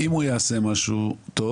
אם הוא יעשה משהו טוב